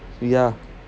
ya